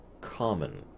common